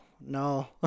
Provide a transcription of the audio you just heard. no